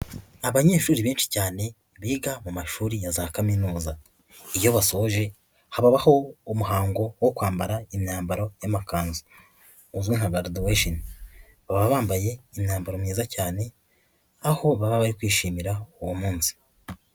Abanyeshuri benshi cyane biga mu mashuri ya za kaminuza iyo basoje habaho umuhango wo kwambara imyambaro y'amakanzu uzwi nka garaduwesheni, baba bambaye imyambaro myiza cyane aho baba bari kwishimira uwo munsi.